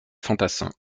fantassins